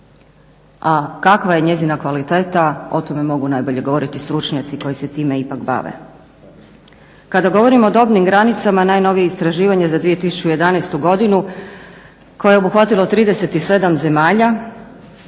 A kakva je njezina kvaliteta o tome mogu najbolje govoriti stručnjaci koji se time ipak bave. Kada govorimo o dobnim granicama najnovije istraživanje za 2011. godinu koje je obuhvatilo 37 zemalja